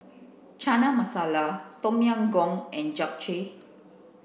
Chana Masala Tom Yam Goong and Japchae